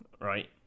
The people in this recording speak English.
right